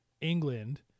England